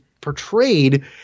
portrayed